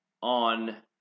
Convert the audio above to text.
on